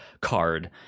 card